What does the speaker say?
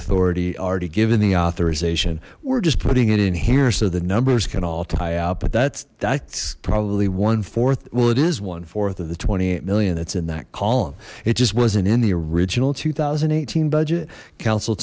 authority i already given the authorization we're just putting it in here so the numbers can all tie out but that's that's probably one fourth well it is one fourth of the twenty eight million that's in that column it just wasn't in the original two thousand and eighteen budget coun